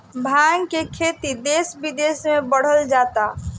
भाँग के खेती देस बिदेस में बढ़ल जाता